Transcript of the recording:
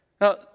Now